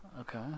Okay